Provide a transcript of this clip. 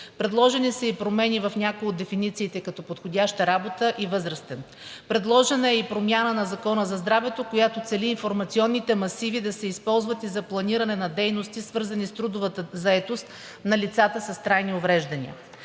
Предложени са и промени в някои от дефинициите, като „подходяща работа“ и „възрастен“. Предложена е и промяна на Закона за здравето, която цели информационните масиви да се използват и за планиране на дейности, свързани с трудовата заетост на лицата с трайни увреждания.